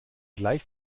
gleich